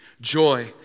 Joy